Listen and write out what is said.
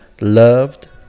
loved